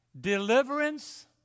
Deliverance